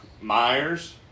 Myers